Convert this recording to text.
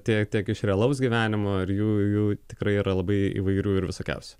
tiek tiek iš realaus gyvenimo ar jų jų tikrai yra labai įvairių ir visokiausių